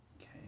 okay